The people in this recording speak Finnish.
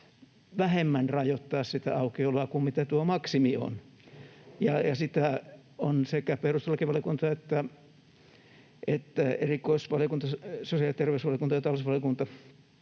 vähemmän rajoittaa sitä aukioloa kuin mitä tuo maksimi on. Ja sitä ovat sekä perustuslakivaliokunta että erikoisvaliokunnat, sosiaali- ja terveysvaliokunta ja talousvaliokunta,